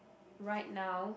right now